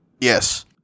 Yes